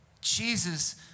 jesus